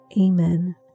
Amen